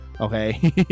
okay